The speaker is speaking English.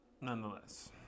Nonetheless